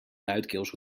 luidkeels